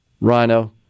Rhino